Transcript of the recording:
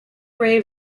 ray